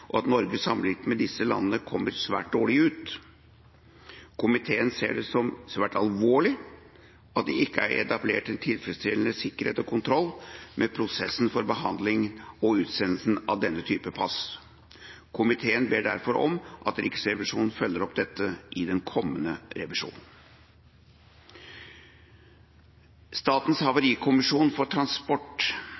og at Norge, sammenlignet med disse landene, kommer svært dårlig ut. Komiteen ser det som svært alvorlig at det ikke er etablert en tilfredsstillende sikkerhet og kontroll med prosessen for behandling og utsendelse av denne typen pass. Komiteen ber derfor om at Riksrevisjonen følger opp dette i den kommende revisjonen. Statens